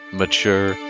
mature